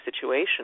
situation